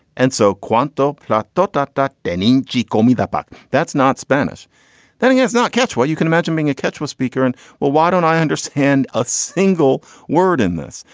and so quando plot dot dot dot denning g call me that but that's not spanish that he has not catch what you can imagining a catch with speaker and. well, why don't i understand a single word in this.